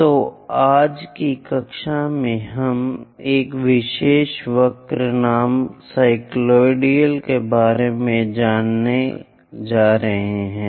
तो आज की कक्षा में हम एक विशेष वक्र नाम साइक्लॉयड के बारे में जानने जा रहे हैं